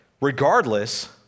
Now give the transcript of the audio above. regardless